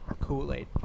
kool-aid